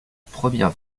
première